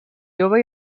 jove